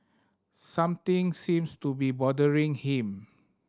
something seems to be bothering him